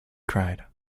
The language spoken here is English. cried